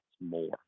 more